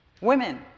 Women